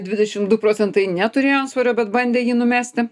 dvidešim du procentai neturėjo antsvorio bet bandė jį numesti